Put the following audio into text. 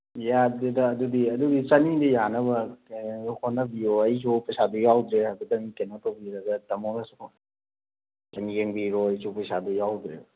ꯌꯥꯗꯦꯗ ꯑꯗꯨꯗꯤ ꯑꯗꯨꯗꯤ ꯆꯅꯤꯅ ꯌꯥꯅꯕ ꯀꯩꯅꯣ ꯍꯣꯠꯅꯕꯤꯌꯣ ꯑꯩꯁꯨ ꯄꯩꯁꯥꯗꯣ ꯌꯥꯎꯗ꯭ꯔꯦ ꯍꯥꯏꯐꯦꯠꯇꯪ ꯀꯩꯅꯣ ꯇꯧꯕꯤꯔꯒ ꯇꯥꯃꯣꯅꯁꯨ ꯁꯨꯝ ꯌꯦꯡꯕꯤꯔꯣ ꯑꯩꯁꯨ ꯄꯩꯁꯥꯗꯣ ꯌꯥꯎꯗ꯭ꯔꯦ